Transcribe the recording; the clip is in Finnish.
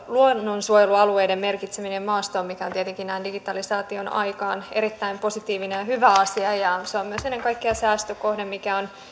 luonnonsuojelualueiden merkitseminen maastoon mikä on tietenkin näin digitalisaation aikaan erittäin positiivinen ja hyvä asia ja se on myös ennen kaikkea säästökohde mikä on